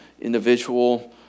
individual